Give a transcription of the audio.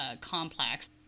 complex